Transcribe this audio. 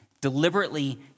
deliberately